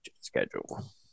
schedule